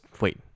wait